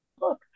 look